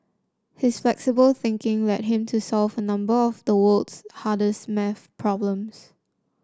his flexible thinking led him to solve a number of the world's hardest maths problems